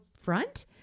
front